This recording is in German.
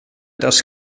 das